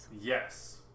Yes